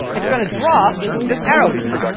it's going to draw this arrow for me,